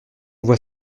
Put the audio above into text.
voit